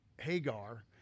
Hagar